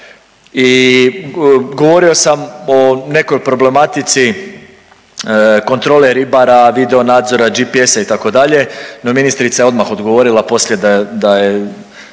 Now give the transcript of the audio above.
I govorio sam o nekoj problematici kontrole ribara, videonadzora, GPS-a itd. no ministrica je odmah odgovorila poslije da je